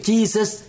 Jesus